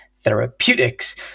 Therapeutics